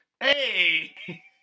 Hey